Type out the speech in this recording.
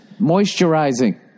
Moisturizing